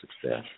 success